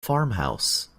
farmhouse